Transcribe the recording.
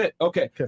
okay